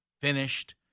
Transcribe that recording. finished